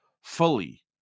fully